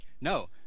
No